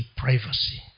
privacy